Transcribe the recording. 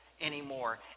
anymore